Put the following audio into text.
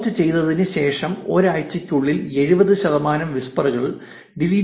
post ചെയ്തതിന് ശേഷം ഒരാഴ്ചയ്ക്കുള്ളിൽ 70 ശതമാനം വിസ്പറുകൾ ഡിലീറ്റ് ചെയ്യപെടും